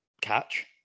catch